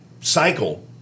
cycle